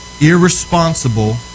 irresponsible